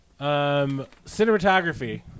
cinematography